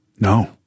No